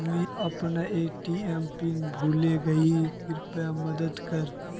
मुई अपना ATM PIN भूले गही कृप्या मदद कर